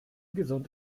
gesund